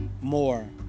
more